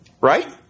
Right